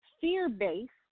fear-based